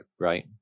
Right